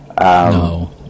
No